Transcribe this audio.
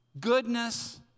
goodness